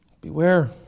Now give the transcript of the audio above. beware